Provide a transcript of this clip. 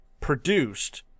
produced